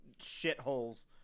shitholes